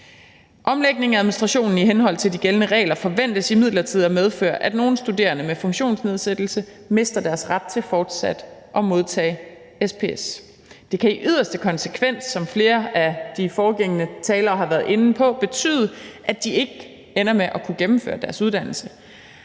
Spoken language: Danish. Omlægning af administrationen i henhold til de gældende regler forventes imidlertid at medføre, at nogle studerende med funktionsnedsættelse mister deres ret til fortsat at modtage SPS. Det kan i yderste konsekvens, som flere af de foregående talere har været inde på, betyde, at de ikke ender med at kunne gennemføre deres uddannelse.